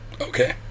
Okay